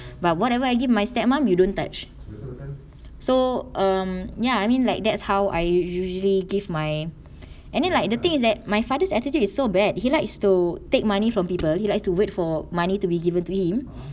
but whatever I give my step mum you don't touch so um ya I mean like that's how I usually give my and then like the thing is that my father's attitude is so bad he likes to take money from people he likes to wait for money to be given to him